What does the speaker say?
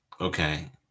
Okay